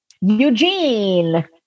Eugene